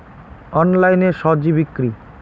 অনলাইনে স্বজি বিক্রি?